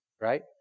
right